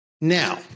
Now